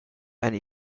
and